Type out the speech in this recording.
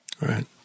Right